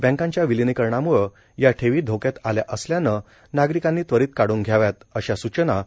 बँकांच्या विलिनीकरणामुळं या ठेवी धोक्यात आल्या असल्याने नागरिकांनी त्वरित काढून घ्याव्यात अशा सूचना एड